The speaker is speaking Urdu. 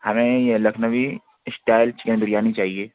ہمیں یہ لکھنوی اسٹائل چکن بریانی چاہیے